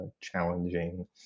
challenging